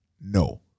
No